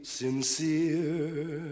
sincere